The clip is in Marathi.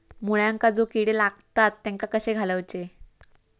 मुळ्यांका जो किडे लागतात तेनका कशे घालवचे?